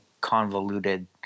convoluted